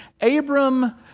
Abram